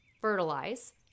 fertilize